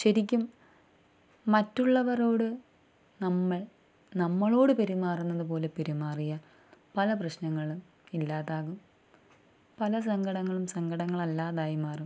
ശരിക്കും മറ്റുള്ളവരോട് നമ്മൾ നമ്മളോട് പെരുമാറുന്നതു പോലെ പെരുമാറിയാൽ പല പ്രശ്നങ്ങളും ഇല്ലാതാകും പല സങ്കടങ്ങളും സങ്കടങ്ങളില്ലാതായിമാറും